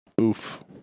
Oof